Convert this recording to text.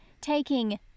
taking